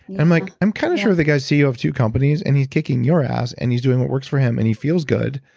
i'm like, i'm kind of sure the guy's ceo of two companies and he's kicking your ass and he's doing what works for him and he feels good.